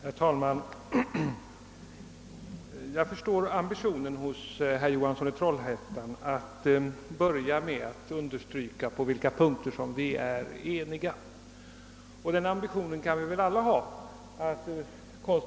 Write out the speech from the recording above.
Herr talman! Jag förstår herr Johanssons i Trollhättan ambition att börja sitt anförande med att understryka på vilka punkter vi är eniga. Den ambitionen kan vi alla ha.